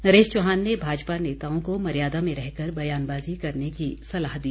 नरेश चौहान ने भाजपा नेताओं को मर्यादा में रहकर बयानबाज़ी करने की सलाह दी